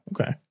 okay